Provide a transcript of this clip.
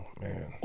man